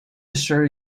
assure